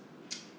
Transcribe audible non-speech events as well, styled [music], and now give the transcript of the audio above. [noise]